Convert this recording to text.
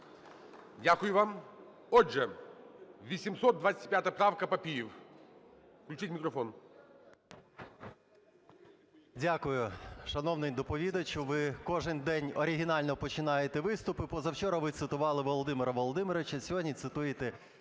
Дякую вам. Отже, 825 правка, Папієв. Включіть мікрофон.